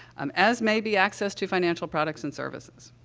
um, as maybe access to financial products and services.